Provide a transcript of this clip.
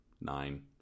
nine